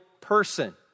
person